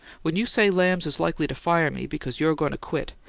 when you say lamb's is likely to fire me because you're goin' to quit,